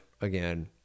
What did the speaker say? again